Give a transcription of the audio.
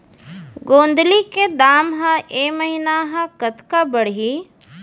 गोंदली के दाम ह ऐ महीना ह कतका बढ़ही?